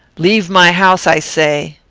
leave my house, i say!